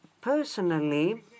personally